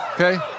Okay